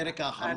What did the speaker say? הפרק האחרון.